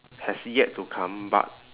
has yet to come but